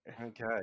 Okay